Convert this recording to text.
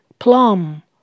Plum